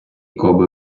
коби